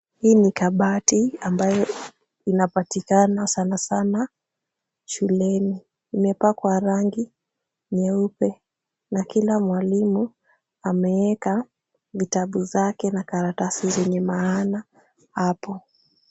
Hii ni kabati ambayo inapatikana sana sana shuleni. Imepakwa rangi nyeupe na kila mwalimu ameweka vitabu zake na karatasi zenye maana hapo.